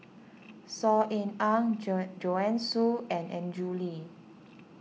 Saw Ean Ang Joan Joanne Soo and Andrew Lee